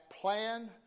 plan